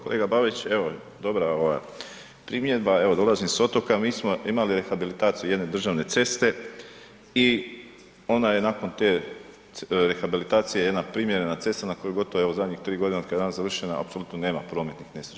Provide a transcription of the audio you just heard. Kolega Babić, evo dobra ova primjedba, evo dolazim s otoka, mi smo imali rehabilitaciju jedne državne ceste i ona je nakon te rehabilitacije jedna primjerena cesta na koju gotovo evo zadnje 3.g. od kad je ona završena apsolutno nema prometnih nesreća.